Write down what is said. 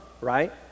right